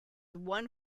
one